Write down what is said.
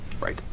Right